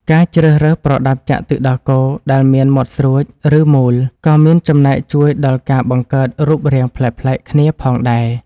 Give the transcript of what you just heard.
ការជ្រើសរើសប្រដាប់ចាក់ទឹកដោះគោដែលមានមាត់ស្រួច ឬមូល ក៏មានចំណែកជួយដល់ការបង្កើតរូបរាងប្លែកៗគ្នាផងដែរ។